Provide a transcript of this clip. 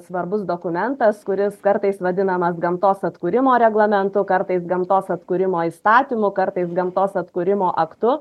svarbus dokumentas kuris kartais vadinamas gamtos atkūrimo reglamentu kartais gamtos atkūrimo įstatymu kartais gamtos atkūrimo aktu